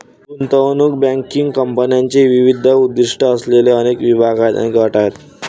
गुंतवणूक बँकिंग कंपन्यांचे विविध उद्दीष्टे असलेले अनेक विभाग आणि गट आहेत